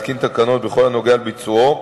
תקנות בכל הנוגע לביצועו